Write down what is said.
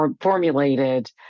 formulated